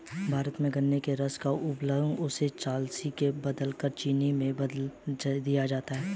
भारत में गन्ने के रस को उबालकर उसे चासनी में बदलकर चीनी में बदल दिया जाता है